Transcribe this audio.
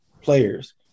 players